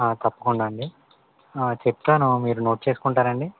తప్పకుండా అండి చెప్పాను మీరు నోట్ చేసుకుంటారండి